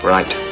Right